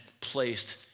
placed